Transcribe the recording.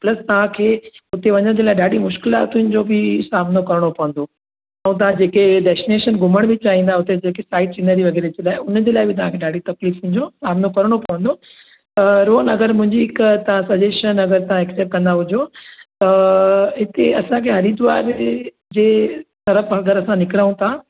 plus तव्हांखे हुते वञण जे लाइ ॾाढी मुशक़लातुनि जो बि सामिनो करिणो पवंदो ऐं तव्हां जेके डैस्टीनेशन घुमणु बि चाहींदा हुते जेकी साईड सिनैरीयो वग़ैरह जे लाइ हुननि जे लाइ बि तव्हांखे ॾाढी तकलीफ़ुनि जो सामिनो करिणो पवंदो त रोहन अगरि मुंहिंजी हिकु तव्हां सजैशन अगरि तव्हां एक्सैपट कंदा हुजो त हिते असांखे हरिद्वार जी जे तरफ़ु अगरि असां निकिरिऊंं था